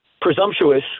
presumptuous